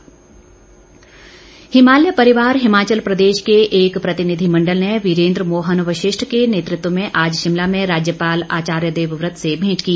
प्रतिनिधिमण्डल हिमालय परिवार हिमाचल प्रदेश के एक प्रतिनिधिमण्डल ने वीरेन्द्र मोहन वशिष्ठ के नेतृत्व में आज शिमला में राज्यपाल आचार्य देवव्रत से भेंट की